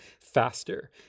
faster